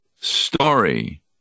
story